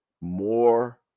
more